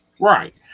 Right